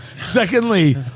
Secondly